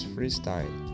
Freestyle